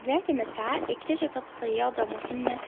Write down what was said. ذات مسعاء إكتشفت صيادة مسنة